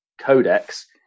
codex